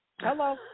Hello